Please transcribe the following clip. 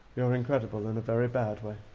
you're incredible in a very bad way.